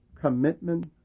Commitment